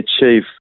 achieve